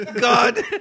god